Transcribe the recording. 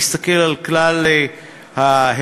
מסתכל על כלל ההיבטים,